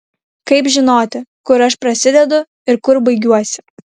kaip žinoti kur aš prasidedu ir kur baigiuosi